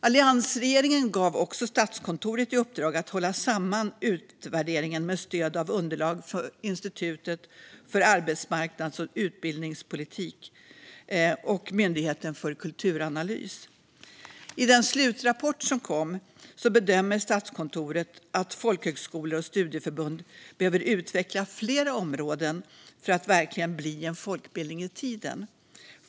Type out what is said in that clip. Alliansregeringen gav också Statskontoret i uppdrag att hålla samman utvärderingen med stöd i underlag från Institutet för arbetsmarknads och utbildningspolitisk utvärdering och Myndigheten för kulturanalys. I den slutrapport som kom bedömde Statskontoret att folkhögskolor och studieförbund behöver utveckla flera områden för att verkligen bli en folkbildning i tiden.